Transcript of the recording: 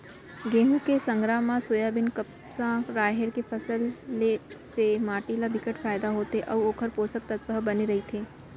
गहूँ के संघरा म सोयाबीन, कपसा, राहेर के फसल ले से माटी ल बिकट फायदा होथे अउ ओखर पोसक तत्व ह बने रहिथे